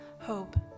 hope